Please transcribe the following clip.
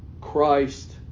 christ